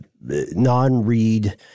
non-read